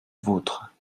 vôtre